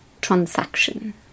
transaction